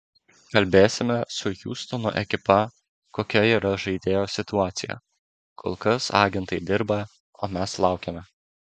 kalbėsime su hjustono ekipa kokia yra žaidėjo situacija kol kas agentai dirba o mes laukiame